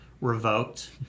revoked